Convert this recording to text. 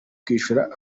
kwishyura